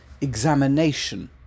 examination